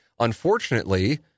unfortunately